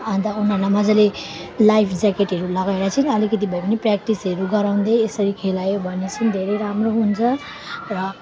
अनि त उनीहरूलाई मजाले लाइफ ज्याकेटहरू लगाएर चाहिँ अलिकति भए पनि प्र्याक्टिसहरू गराउँदै यसरी खेलायो भने चाहिँ धेरै राम्रो हुन्छ र